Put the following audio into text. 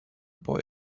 boy